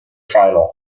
final